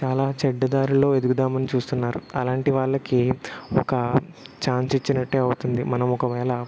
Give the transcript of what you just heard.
చాలా చెడ్డదారుల్లో ఎదుగుదామని చూస్తున్నారు అలాంటి వాళ్ళకి ఒక ఛాన్స్ ఇచ్చినట్టే అవుతుంది మనం ఒకవేళ